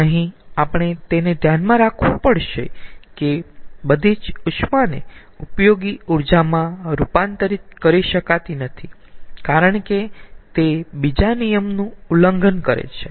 અહીં આપણે તેને ધ્યાનમાં રાખવું પડશે કે બધી જ ઉષ્માને ઉપયોગી ઊર્જામાં રૂપાંતરિત કરી શકાતી નથી કારણ કે તે બીજા નિયમનું ઉલ્લંઘન કરે છે